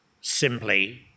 simply